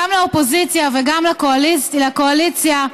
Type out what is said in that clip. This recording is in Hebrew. גם לאופוזיציה וגם לקואליציה: